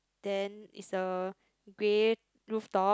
then is a grey rooftop